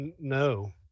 No